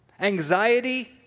Anxiety